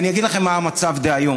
אני אגיד לכם מה המצב דהיום.